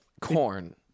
Corn